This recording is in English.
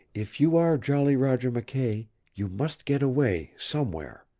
if you are jolly roger mckay you must get away somewhere.